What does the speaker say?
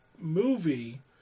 movie